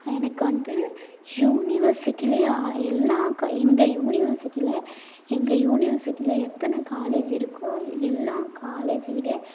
எனக்கு வந்து யூனிவர்சிட்டியிலியே ஆ எல்லா எங்கள் யூனிவர்சிட்டியிலியே எங்கள் யூனிவர்சிட்டிலேயே எத்தனை காலேஜ் இருக்கோ எல்லா காலேஜ்ஜை விட